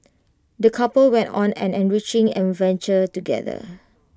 the couple went on an enriching adventure together